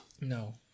No